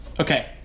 Okay